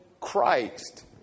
Christ